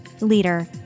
leader